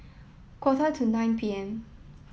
quarter to nine P M